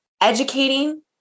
educating